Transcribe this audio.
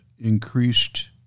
increased